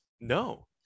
No